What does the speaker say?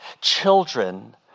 Children